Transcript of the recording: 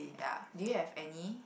ya do you have any